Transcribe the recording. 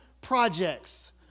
projects